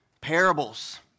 parables